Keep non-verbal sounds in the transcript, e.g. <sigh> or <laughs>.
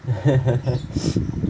<laughs>